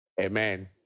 Amen